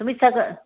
तुम्ही सगळं